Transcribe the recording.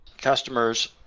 customers